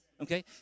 Okay